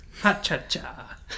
Ha-cha-cha